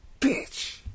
bitch